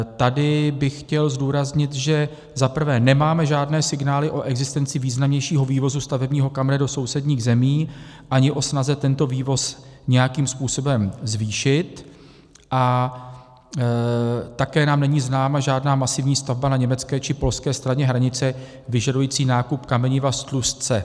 Tady bych chtěl zdůraznit, že za prvé nemáme žádné signály o existenci významnějšího vývozu stavebního kamene do sousedních zemí ani o snaze tento vývoz nějakým způsobem zvýšit a také nám není známa žádná masivní stavba na německé či polské straně hranice vyžadující nákup kameniva z Tlustce.